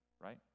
right